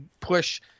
push